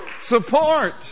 support